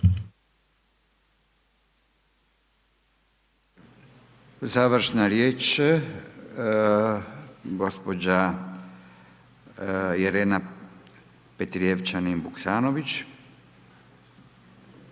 Završna riječ, gospođa Irena Petrijevčanin Vuksanović.